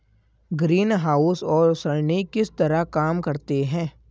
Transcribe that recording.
greenhouse सौर सरणी किस तरह काम करते हैं